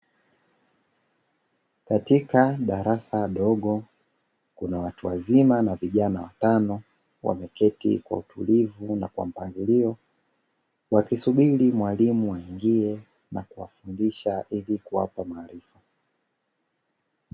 Katika darasa dogo kuna watu wazima na vijana watano wameketi kwa utulivu na kwa mpangilio wakisubiri mwalimu aingie na kuwafundisha ili kuwapa maarifa.